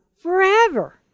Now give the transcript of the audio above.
forever